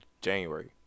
January